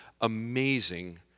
amazing